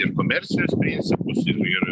ir komercinius principus ir ir